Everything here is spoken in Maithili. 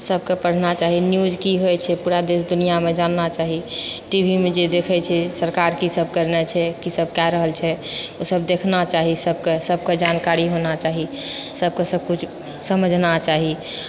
सबके पढ़ना चाही न्यूज की होइत छै पूरा देश दुनिआमे जानना चाही टी भीमे जे देखैत छी सरकार की सब करने छै की सब कए रहल छै ई सब देखना चाही सबके सबके जानकारी होना चाही सबके सब किछु समझना चाही